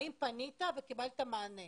האם פנית וקיבלת מענה